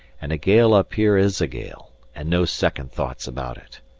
and a gale up here is a gale, and no second thoughts about it.